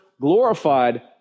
glorified